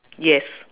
yes